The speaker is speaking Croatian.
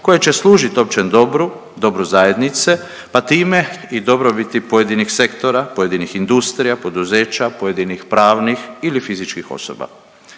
koje će služit općem dobru, dobru zajednice pa time i dobrobiti pojedinih sektora, pojedinih industrija, poduzeća, pojedinih pravnih ili fizičkih osoba.